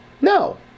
No